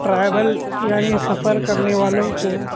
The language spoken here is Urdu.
ٹریول یعنی سفر کرنے والوں کو